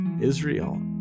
Israel